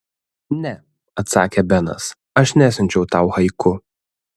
ne atsakė benas aš nesiunčiau tau haiku